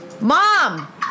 mom